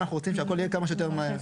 אנחנו רוצים שהכל יהיה כמה שיותר מהר.